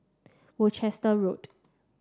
Worcester Road